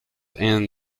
and